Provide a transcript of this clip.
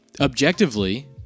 objectively